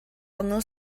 ongl